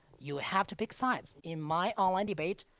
you have to pick sides. in my online debate,